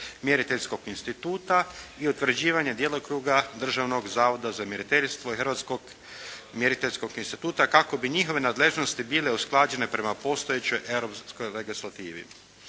mjeriteljskog instituta i utvrđivanje djelokruga Državnog zavoda za mjeriteljstvo i Hrvatskog mjeriteljskog instituta kako bi njihove nadležnosti bile usklađene prema postojećoj europskoj legislativi.